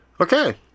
Okay